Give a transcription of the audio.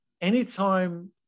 anytime